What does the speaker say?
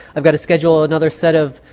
i've got to schedule another set of